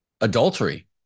adultery